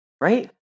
Right